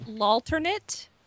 alternate